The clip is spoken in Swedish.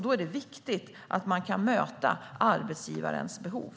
Då är det viktigt att man kan möta arbetsgivarens behov.